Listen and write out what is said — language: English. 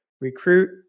recruit